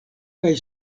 kaj